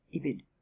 ibid